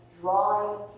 drawing